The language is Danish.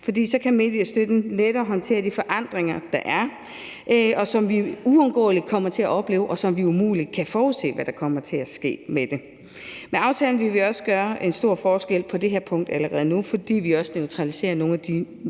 fordi mediestøtten så lettere kan håndtere de forandringer, der er, og som vi jo uundgåeligt kommer til at opleve, og som vi umuligt kan forudse hvad der kommer til at ske med. Med aftalen vil vi også gøre en stor forskel på det her punkt allerede nu, fordi vi også neutraliserer nogle af de